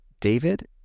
David